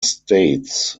states